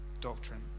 doctrine